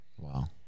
Wow